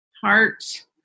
heart